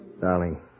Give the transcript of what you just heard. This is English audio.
Darling